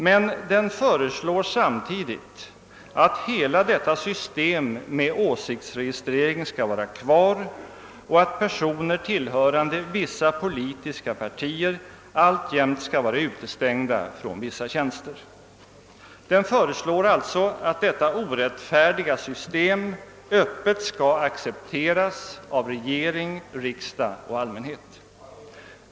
Men den föreslår samtidigt att hela detta system med åsiktsregistrering skall vara kvar och att personer tillhörande vissa politiska partier alltjämt skall vara utestängda från vissa tjänster. Den föreslår alltså att detta orättfärdiga system öppet skall accepteras av regering, riksdag och allmänhet.'